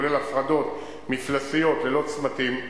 כולל הפרדות מפלסיות ללא צמתים.